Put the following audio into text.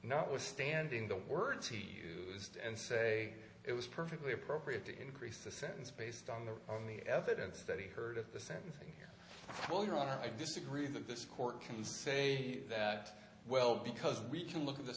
notwithstanding the words he used and say it was perfectly appropriate to increase the sentence based on the on the evidence that he heard at the sentencing well you know i disagree that this court can say that well because we can look at th